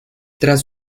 tras